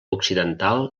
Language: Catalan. occidental